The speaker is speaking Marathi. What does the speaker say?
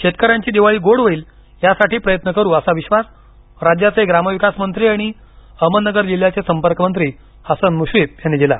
शेतकऱ्यांची दिवाळी गोड होईलयासाठी प्रयत्न करु असा विश्वास राज्याचे ग्राम विकास मंत्री आणि अहमदनगर जिल्ह्याचे संपर्कमंत्री हसन मुश्रीफ यांनी दिला